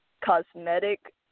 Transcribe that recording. cosmetic